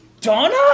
Donna